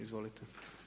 Izvolite.